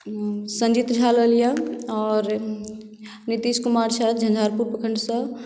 सञ्जीत झा लऽ लिअ आओर नितीश कुमार छथि झँझारपुर प्रखण्डसँ